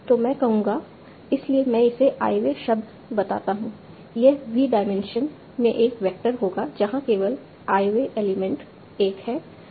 तो मैं कहूंगा इसलिए मैं इसे i वें शब्द बताता हूं यह V डायमेंशन में एक वेक्टर होगा जहां केवल i वें एलिमेंट 1 है बाकी सब कुछ 0 है